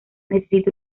necesite